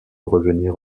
revenir